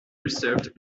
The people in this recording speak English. received